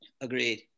Agreed